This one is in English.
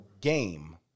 Game